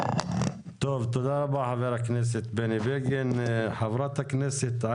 את מתנחלת בכנסת גברת,